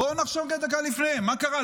בואו נחשוב דקה לפני, מה קרה?